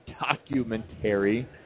documentary